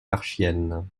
marchiennes